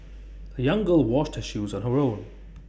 the young girl washed her shoes on her own